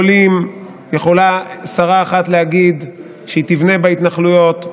יכולה שרה אחת להגיד שהיא תבנה בהתנחלויות,